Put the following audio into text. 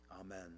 Amen